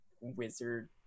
wizard